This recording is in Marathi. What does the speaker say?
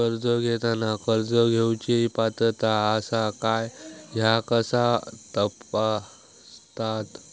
कर्ज घेताना कर्ज घेवची पात्रता आसा काय ह्या कसा तपासतात?